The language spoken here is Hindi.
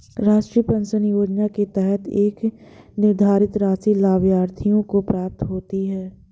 राष्ट्रीय पेंशन योजना के तहत एक निर्धारित राशि लाभार्थियों को प्राप्त होती है